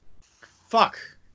Fuck